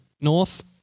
North